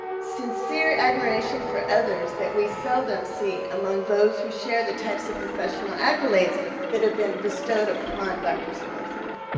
sincere admiration for others that we seldom see among those who share the types of professional accolades that have been bestowed upon dr. solorzano.